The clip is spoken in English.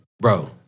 Bro